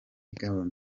igamije